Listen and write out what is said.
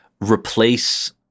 replace